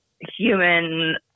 human